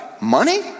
money